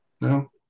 no